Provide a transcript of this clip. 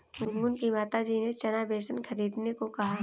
गुनगुन की माताजी ने चना बेसन खरीदने को कहा